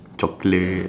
chocolate